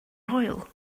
hwyl